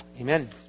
Amen